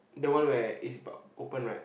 the one where is about open right